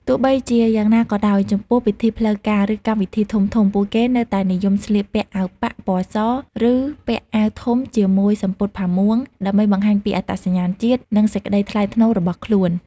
ទោះបីជាយ៉ាងណាក៏ដោយ ចំពោះពិធីផ្លូវការ ឬកម្មវិធីធំៗ ពួកគេនៅតែនិយមស្លៀកពាក់ អាវប៉ាក់ ពណ៌ស ឬពាក់អាវធំជាមួយ សំពត់ផាមួង ដើម្បីបង្ហាញពីអត្តសញ្ញាណជាតិ និងសេចក្ដីថ្លៃថ្នូររបស់ខ្លួន។